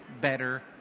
better